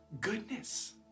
goodness